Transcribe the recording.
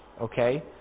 Okay